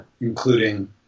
including